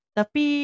Tapi